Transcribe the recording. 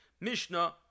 Mishnah